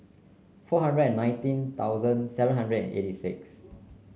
four hundred nineteen thousand seven hundred eighty six